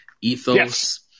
ethos